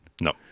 No